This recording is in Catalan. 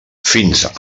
fins